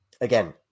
again